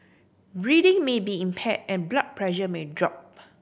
breathing may be impair and blood pressure may drop